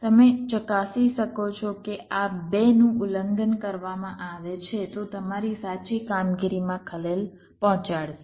તમે ચકાસી શકો છો કે જો આ 2 નું ઉલ્લંઘન કરવામાં આવે છે તો તમારી સાચી કામગીરીમાં ખલેલ પહોંચાડશે